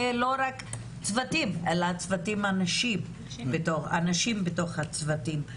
ולא רק צוותים אלא הנשים בתוך הצוותים.